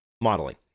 modeling